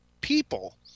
people